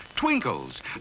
Twinkles